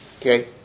Okay